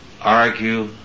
argue